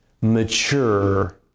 mature